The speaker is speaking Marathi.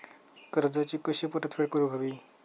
कर्जाची कशी परतफेड करूक हवी?